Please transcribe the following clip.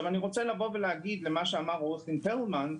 אני רוצה להגיב למה שאמר עורך הדין פרלמן: